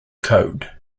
code